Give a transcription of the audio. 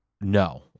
No